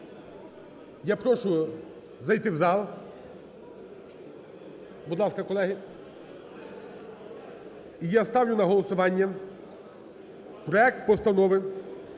я прошу зайти в зал. Будь ласка, колеги. І я ставлю на голосування проект Постанови